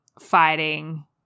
fighting